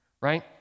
Right